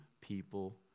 people